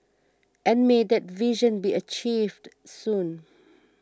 and may that vision be achieved soon